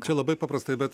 čia labai paprastai bet